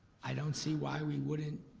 i don't see why we wouldn't